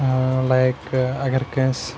like اگر کٲنٛسہِ